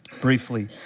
briefly